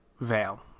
veil